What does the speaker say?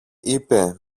είπε